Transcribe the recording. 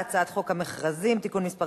על הצעת חוק חובת המכרזים (תיקון מס'